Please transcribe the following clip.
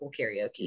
karaoke